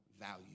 value